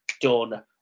done